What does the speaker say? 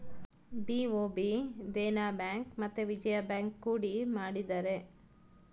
BOB Dena bank ಮತ್ತೆ Vijaya bank ಕೂಡಿ ಮಾಡಿದರೆ